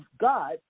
God